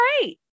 great